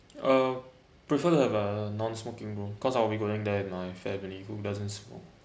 uh prefer to have a non-smoking room cause I will be going there with my family who doesn't smoke